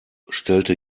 stellte